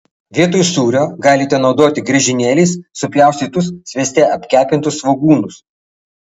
vietoj sūrio galite naudoti griežinėliais supjaustytus svieste apkepintus svogūnus